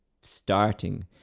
starting